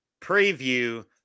preview